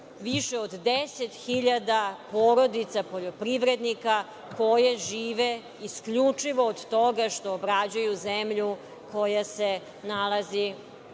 više od 10.000 porodica poljoprivrednika koje žive isključivo od toga što obrađuju zemlju koja se nalazi